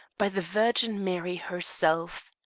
by the virgin mary herself.